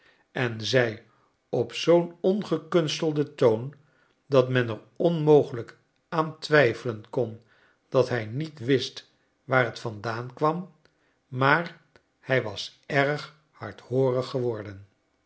en zei op zoo'n ongekunstelden toon dat men er onmogelijk aan twijfelen kon dat hij niet wist waar t vandaan kwam maar hij was erg hardhoorig geworden